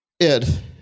Ed